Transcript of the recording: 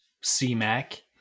C-Mac